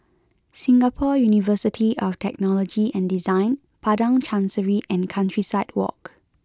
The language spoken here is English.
Singapore University of Technology and Design Padang Chancery and Countryside Walk